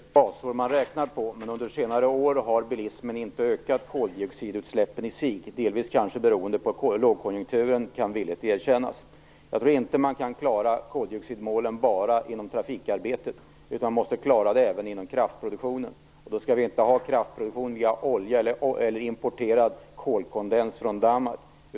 Herr talman! Det beror på vilket basår man räknar på. Men under senare år har bilismen inte ökat koldioxidutsläppen i sig. Det kan delvis bero på lågkonjunkturen, det skall villigt erkännas. Jag tror inte att man kan klara koldioxidmålen enbart inom trafikarbetet. Man måste klara det även inom kraftproduktionen. Men då skall vi inte ha kraftproduktion via olja eller importerad kolkondens från Danmark.